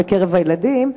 בקרב הילדים.